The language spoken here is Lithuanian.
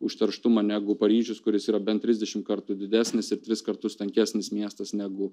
užterštumą negu paryžius kuris yra bent trisdešimt kartų didesnis ir tris kartus tankesnis miestas negu